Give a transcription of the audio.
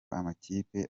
amakipe